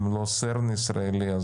אם לא CERN ישראלי,